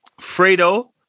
Fredo